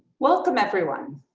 welcome everyone.